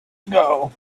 ago